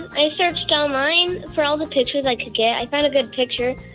and i searched online for all the pictures i could get. i found a good picture,